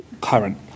current